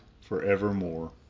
forevermore